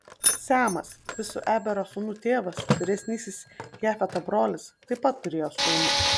semas visų ebero sūnų tėvas vyresnysis jafeto brolis taip pat turėjo sūnų